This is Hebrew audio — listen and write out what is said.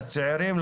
את הצעירים,